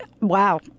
Wow